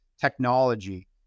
technology